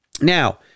Now